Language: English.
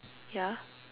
ya